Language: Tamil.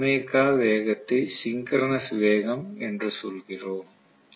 இந்த ஒமேகா வேகத்தை சிங்கரனஸ் வேகம் என்று சொல்கிறோம்